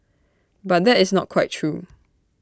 but that is not quite true